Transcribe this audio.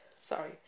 sorry